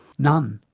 none.